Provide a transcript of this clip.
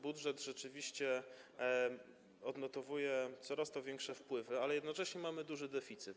Budżet rzeczywiście odnotowuje coraz to większe wpływy, ale jednocześnie mamy duży deficyt.